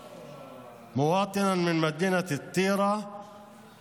אתה תורם למדינה כי אתה אוהב אותה.